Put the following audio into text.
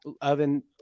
oven